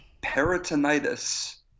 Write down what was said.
peritonitis